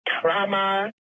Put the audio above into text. trauma